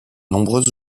nombreux